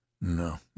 No